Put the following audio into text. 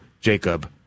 Jacob